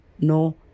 no